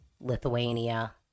Lithuania